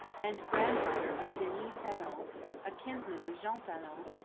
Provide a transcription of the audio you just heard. and grand-daughter of denis talon a kinsman of jean talon,